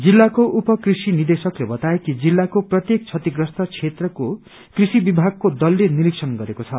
जिल्लाको उपकृषि निदेशकले बताए कि जिल्लाको प्रत्येक क्षतिप्रस्त क्षेत्रको कृषि विभागको दलले निरीक्षण गरेको छ